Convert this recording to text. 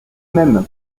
mêmes